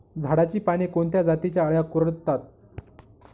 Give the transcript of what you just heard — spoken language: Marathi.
झाडाची पाने कोणत्या जातीच्या अळ्या कुरडतात?